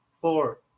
four